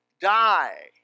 die